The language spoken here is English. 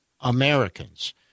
Americans